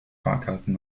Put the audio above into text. fahrkarten